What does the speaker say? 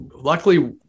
luckily